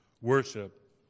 worship